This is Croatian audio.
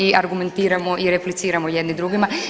I argumentiramo i repliciramo jedni drugima.